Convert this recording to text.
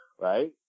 right